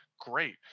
great